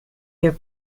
your